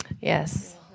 Yes